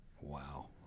Wow